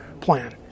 plan